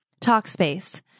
Talkspace